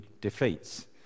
defeats